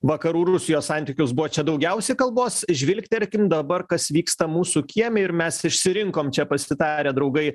vakarų rusijos santykius buvo čia daugiausiai kalbos žvilgterkim dabar kas vyksta mūsų kieme ir mes išsirinkom čia pasitarę draugai